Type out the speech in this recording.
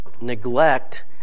neglect